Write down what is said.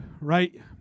right